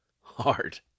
hard